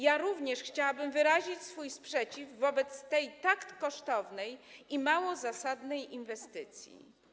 Ja również chciałabym wyrazić swój sprzeciw wobec tej tak kosztownej i mało zasadnej inwestycji.